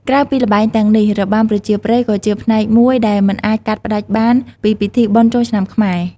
ក្រៅពីល្បែងទាំងនេះ របាំប្រពៃណី ក៏ជាផ្នែកមួយដែលមិនអាចកាត់ផ្តាច់បានពីពិធីបុណ្យចូលឆ្នាំខ្មែរ។